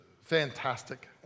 fantastic